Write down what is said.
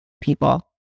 people